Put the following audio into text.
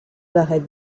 barrett